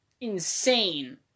insane